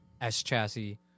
S-Chassis